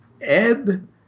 ebb